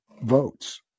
votes